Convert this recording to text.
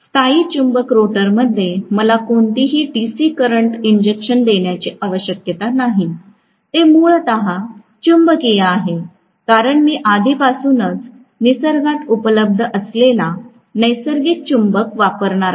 स्थायी चुंबक रोटरमध्ये मला कोणताही डीसी करंट इंजेक्शन देण्याची आवश्यकता नाही ते मूळतः चुंबकीय आहे कारण मी आधीपासूनच निसर्गात उपलब्ध असलेला नैसर्गिक चुंबक वापरणार आहे